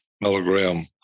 milligram